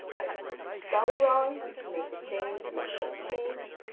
i spelled it wrong, you could make the change and then click change.